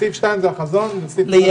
סעיף (2) זה החזון וסעיף (1) זה הפרקטיקה.